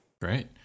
great